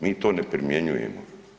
Mi to ne primjenjujemo.